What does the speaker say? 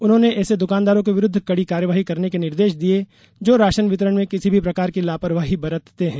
उन्होंने ऐसे दुकानदारों के विरुद्ध कड़ी कार्यवाही के निर्देश दिए जो राशन वितरण में किसी भी प्रकार की लापरवाही बरतते हैं